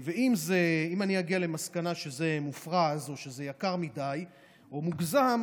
אם אגיע למסקנה שזה מופרז או שזה יקר מדי או מוגזם,